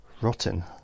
Rotten